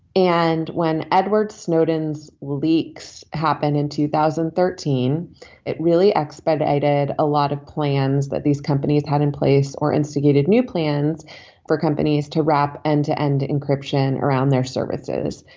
and when edward snowden's leaks happened in two thousand and thirteen it really expired. i did a lot of plans that these companies had in place or instigated new plans for companies to wrap and to end encryption around their services.